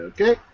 Okay